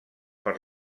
per